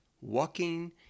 walking